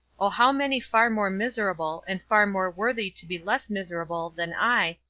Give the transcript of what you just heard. o how many far more miserable, and far more worthy to be less miserable than i,